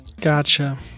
gotcha